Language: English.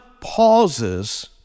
pauses